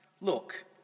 Look